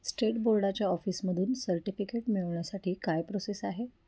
state बोर्डाच्या ऑफिसमधून certificate मिळवण्यासाठी काय प्रोसेस आहे